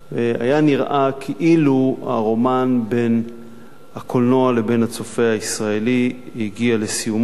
היה נראה כאילו הרומן בין הקולנוע לבין הצופה הישראלי הגיע לסיומו,